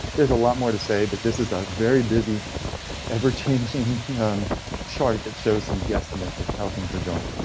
there's a lot more to say, but this is a very busy ever changing chart that shows some guesstimates guesstimates of how things are going.